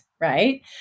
right